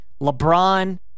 LeBron